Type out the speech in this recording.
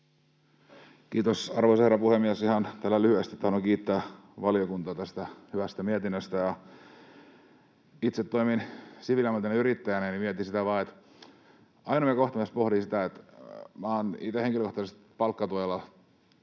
Kiitos, arvoisa herra puhemies! Ihan tälleen lyhyesti tahdon kiittää valiokuntaa tästä hyvästä mietinnöstä. Itse toimin siviiliammatiltani yrittäjänä ja mietin sitä vain, ainoa kohta, mitä pohdin, että minä olen itse henkilökohtaisesti palkkatuella